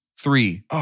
Three